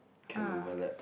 can overlap